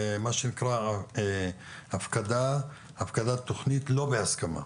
מה שנקרא, הפקדת תכנית לא בהסכמה,